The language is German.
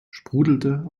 sprudelte